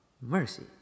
Mercy